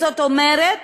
זאת אומרת